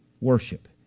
worship